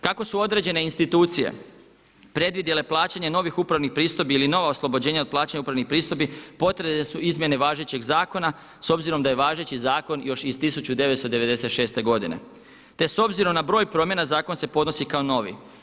Kako su određene institucije predvidjele plaćanje novih upravnih pristojbi ili nova oslobođenja od plaćanja upravnih pristojbi, potrebne su izmjene važećeg zakona s obzirom da je važeći zakon još iz 1996. godine, te s obzirom na broj promjena zakon se podnosi kao novi.